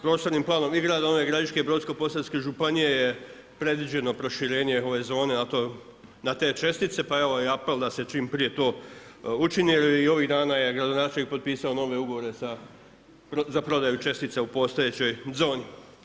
Prostornim planom i grada Nove Gradiške i Brodsko-posavske županije je predviđeno proširenje ove zone na te čestice pa evo i apel da se čim prije to učini jer i ovih je dana gradonačelnik potpisao nove ugovore za prodaju čestica u postojećoj zoni.